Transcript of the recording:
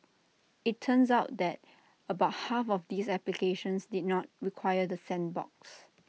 IT turns out that about half of these applications did not require the sandbox